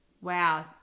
wow